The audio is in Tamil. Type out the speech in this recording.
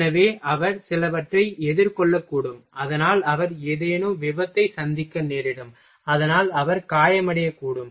எனவே அவர் சிலவற்றை எதிர்கொள்ளக்கூடும் அதனால் அவர் ஏதேனும் விபத்தை சந்திக்க நேரிடும் அதனால் அவர் காயமடையக்கூடும்